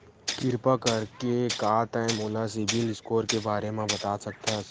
किरपा करके का तै मोला सीबिल स्कोर के बारे माँ बता सकथस?